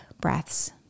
breaths